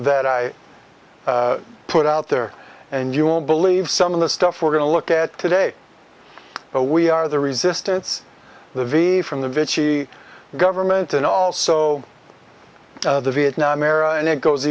that i put out there and you won't believe some of the stuff we're going to look at today but we are the resistance the v from the veggie government and also the vietnam era and it goes